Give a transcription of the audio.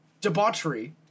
debauchery